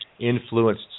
influenced